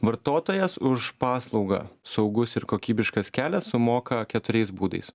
vartotojas už paslaugą saugus ir kokybiškas kelias sumoka keturiais būdais